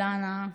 אילנה,